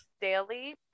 daily